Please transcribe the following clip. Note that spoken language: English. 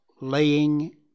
laying